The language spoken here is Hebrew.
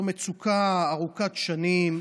זו מצוקה ארוכת שנים.